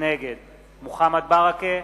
בעד אבישי ברוורמן, נגד מוחמד ברכה,